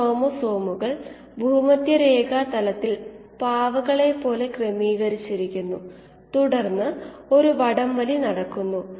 ഓരോ കേസിലും സാധ്യമായ പരമാവധി ഉൽപാദനക്ഷമത നമുക്ക് എടുക്കാം അനുപാതം എന്താണെന്ന് നോക്കാം